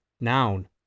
Noun